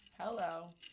hello